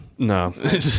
No